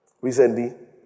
Recently